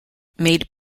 made